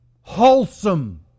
wholesome